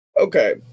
Okay